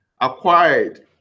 acquired